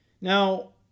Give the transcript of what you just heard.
Now